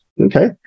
Okay